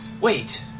Wait